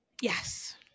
Yes